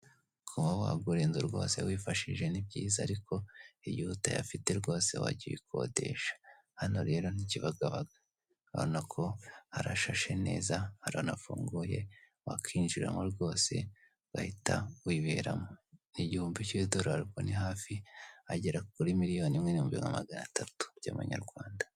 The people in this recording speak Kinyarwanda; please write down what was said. Kuba wagura inzu rwose wifashije ni byiza, igihe utayafite rwose wajya uyikodesha. Hano ni Kibagabaga urabona ko harashashe neza, harafunguye, wakinjiramo rwose ugahita wiberamo, ni igihumbi cy'idorari ubwo ni hafi agera kuri miliyoni imwe n'ibihumbi magana atatu by'amanyarwanda.